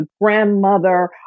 grandmother